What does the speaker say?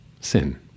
Sin